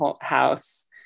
house